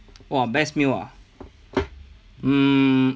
!wah! best meal ah mm